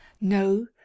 no